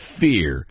fear